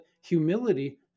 humility